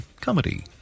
Comedy